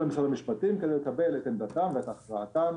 למשרד המשפטים כדי לקבל את עמדתם והכרעתם